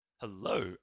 Hello